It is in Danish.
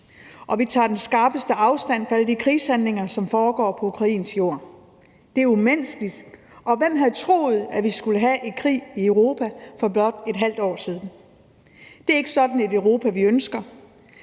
og vi tager den skarpeste afstand fra alle de krigshandlinger, som foregår på ukrainsk jord. Det er umenneskeligt, og hvem havde troet, at vi skulle have en krig i Europa for blot et halvt år siden? Det er ikke sådan et Europa, vi ønsker.